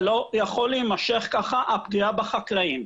זה לא יכול להימשך ככה, הפגיעה בחקלאים.